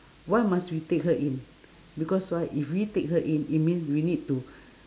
why must we take her in because why if we take her in it means we need to